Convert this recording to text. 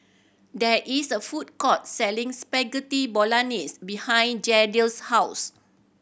there is a food court selling Spaghetti Bolognese behind Jadiel's house